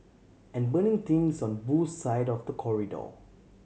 and burning things on Boo's side of the corridor